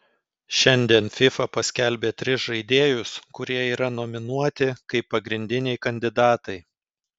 šiandien fifa paskelbė tris žaidėjus kurie yra nominuoti kaip pagrindiniai kandidatai